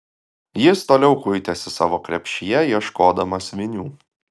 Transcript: jis toliau kuitėsi savo krepšyje ieškodamas vinių